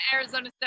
Arizona